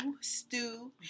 stew